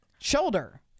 shoulder